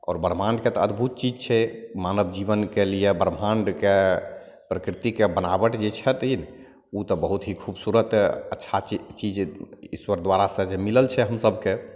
आओर ब्रह्माण्डके तऽ अद्भुत चीज छै मानब जीबनके लिए ब्रह्माण्डके प्राकृर्तिक बनावट जे छथि तऽ बहुत ही खूबसूरत अच्छा चीज इश्वर द्वारा सबके मिलल छै हमसबके